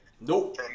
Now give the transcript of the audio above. Nope